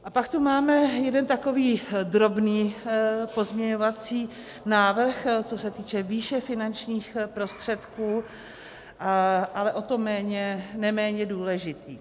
Pak tu máme jeden takový drobný pozměňovací návrh, co se týče výše finančních prostředků, ale o to neméně důležitý.